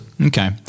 Okay